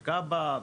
וכב"ה,